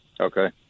Okay